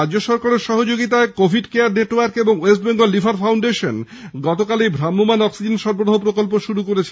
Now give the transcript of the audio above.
রাজ্য সরকারের সহায়তায় কোভিড কেয়ার নেটওয়ার্ক এবং ওয়েস্টবেঙ্গল লিভার ফাউন্ডেশন গতকাল থেকে এই ভ্রাম্যমাণ অক্সিজেন সরবরাহ প্রকল্প শুরু করেছে